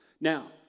Now